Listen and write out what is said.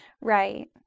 Right